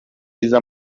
riza